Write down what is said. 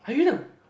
are you the